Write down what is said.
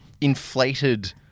inflated